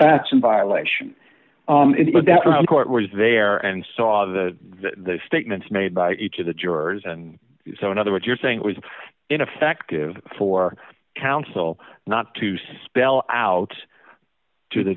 bats in violation of that court was there and saw the statements made by each of the jurors and so in other words you're saying it was ineffective for counsel not to spell out to the